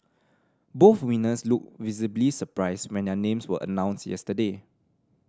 both winners looked visibly surprised when their names were announced yesterday